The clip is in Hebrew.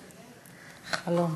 חלום.